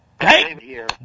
Hey